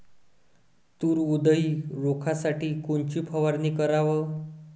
तूर उधळी रोखासाठी कोनची फवारनी कराव?